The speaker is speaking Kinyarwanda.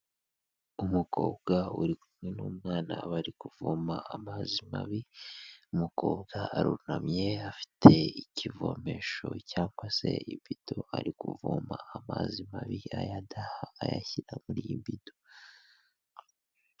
Umukobwa uri kumwe n'umwana bari kuvoma amazi mabi, umukobwa arunamye afite ikivomesho cyangwa se ibido ari kuvoma amazi mabi ayadaha ayashyira muri iyi bido.